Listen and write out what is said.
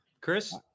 Chris